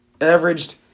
averaged